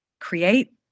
create